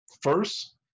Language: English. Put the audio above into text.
First